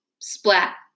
Splat